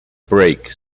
break